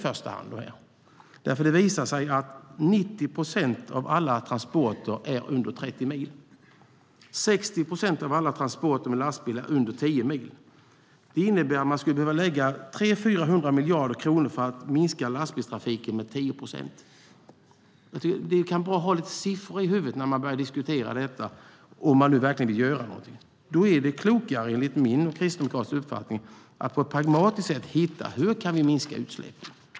Det visar sig nämligen att 90 procent av alla transporter är under 30 mil. 60 procent av alla transporter med lastbil är under 10 mil. Det innebär att man skulle behöva satsa 300-400 miljarder kronor för att minska lastbilstrafiken med 10 procent. Det är bra att ha lite siffror i huvudet när man diskuterar detta. Om man verkligen vill göra någonting är det klokare, enligt min och Kristdemokraternas uppfattning, att hitta ett pragmatiskt sätt för att minska utsläppen.